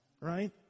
right